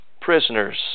prisoners